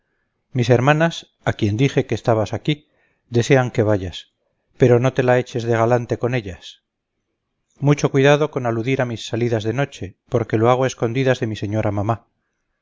mis hermanas a quien dije que estabas aquí desean que vayas pero no te la eches de galante con ellas mucho cuidado con aludir a mis salidas de noche porque lo hago a escondidas de mi señora mamá